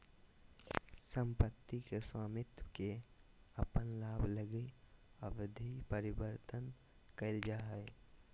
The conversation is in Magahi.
सम्पत्ति के स्वामित्व के अपन लाभ लगी अवैध परिवर्तन कइल जा हइ